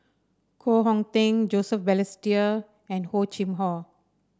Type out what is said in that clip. Koh Hong Teng Joseph Balestier and Hor Chim Or